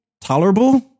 tolerable